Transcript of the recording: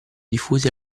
diffusi